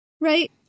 right